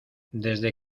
desde